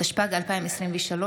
התשפ"ג 2023,